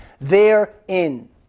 therein